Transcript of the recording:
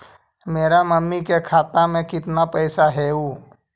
मेरा मामी के खाता में कितना पैसा हेउ?